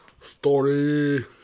Story